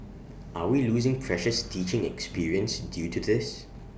are we losing precious teaching experience due to this